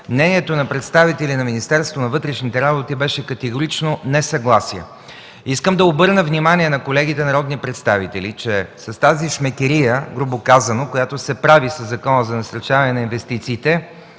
мнението на представителите на Министерството на вътрешните работи беше категорично несъгласие. Искам да обърна внимание на колегите народни представители, че с тази шмекерия, грубо казано, която се прави със Закона за насърчаване на инвестициите,